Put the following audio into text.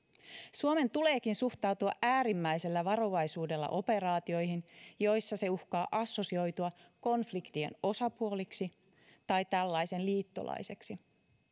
suomen tuleekin suhtautua äärimmäisellä varovaisuudella operaatioihin joissa se uhkaa assosioitua konfliktien osapuoleksi tai tällaisen liittolaiseksi